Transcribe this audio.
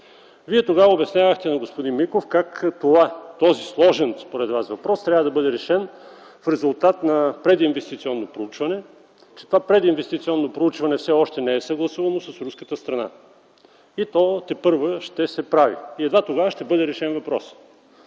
Вие тогава обяснявахте на господин Миков как този сложен според Вас въпрос трябва да бъде решен в резултат на прединвестиционно проучване. Това прединвестиционно проучване все още не е съгласувано с руската страна и то тепърва ще се прави и едва тогава ще бъде решен въпросът.